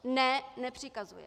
Ne, nepřikazuje.